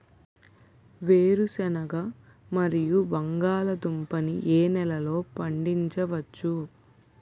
వేరుసెనగ మరియు బంగాళదుంప ని ఏ నెలలో పండించ వచ్చు?